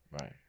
right